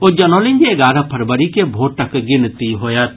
ओ जनौलनि जे एगारह फरवरी के भोटक गिनती होयत